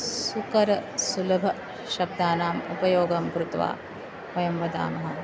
सुकरं सुलभशब्दानाम् उपयोगं कृत्वा वयं वदामः